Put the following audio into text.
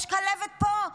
יש כלבת פה,